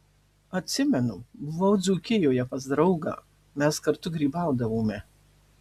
atsimenu buvau dzūkijoje pas draugą mes kartu grybaudavome